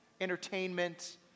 entertainment